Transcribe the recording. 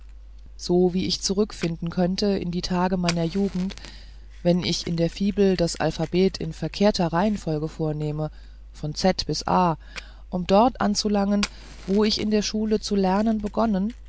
so wie ich zurückfinden könnte in die tage meiner jugend wenn ich in der fibel das alphabet in verkehrter folge vornähme von z bis a um dort anzulangen wo ich in der schule zu lernen begonnen